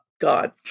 God